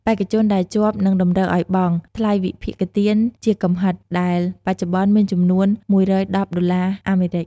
បេក្ខជនដែលជាប់នឹងតម្រូវឱ្យបង់ ថ្លៃវិភាគទានជាកំហិត ដែលបច្ចុប្បន្នមានចំនួន ១១០ ដុល្លារអាមេរិក។